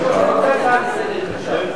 הפירושים, שנינו מסכימים ששם יחזירו לנו תשובה.